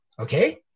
okay